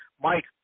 Mike